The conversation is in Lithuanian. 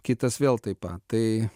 kitas vėl taip pat tai